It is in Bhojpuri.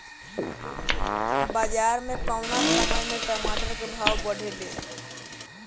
बाजार मे कौना समय मे टमाटर के भाव बढ़ेले?